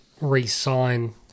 re-sign